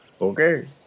Okay